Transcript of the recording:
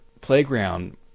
playground